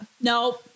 No